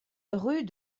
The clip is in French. rue